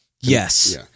Yes